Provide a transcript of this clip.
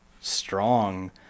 strong